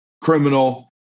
criminal